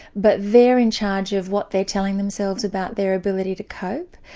but they're in charge of what they're telling themselves about their ability to cope.